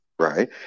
Right